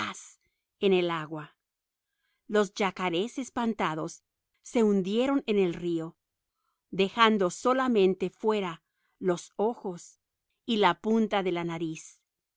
en el agua los yacarés espantados se hundieron en el río dejando solamente fuera los ojos y la punta de la nariz y